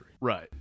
Right